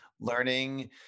learning